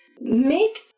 make